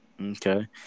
okay